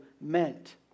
meant